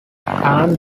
allen